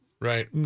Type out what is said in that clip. Right